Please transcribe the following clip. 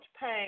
pain